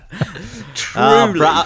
Truly